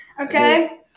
Okay